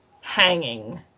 hanging